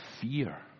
fear